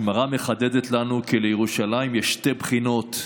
הגמרא מחדדת לנו כי לירושלים יש שתי בחינות,